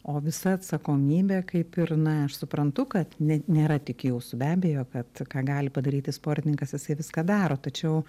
o visa atsakomybė kaip ir na aš suprantu kad ne nėra tik jūsų be abejo kad ką gali padaryti sportininkas jisai viską daro tačiau